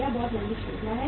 यह बहुत लंबी श्रृंखला है